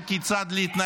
למה אתם מחרימים את 14?